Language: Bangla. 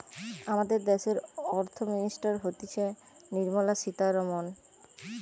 আমাদের দ্যাশের অর্থ মিনিস্টার হতিছে নির্মলা সীতারামন